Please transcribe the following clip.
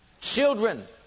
children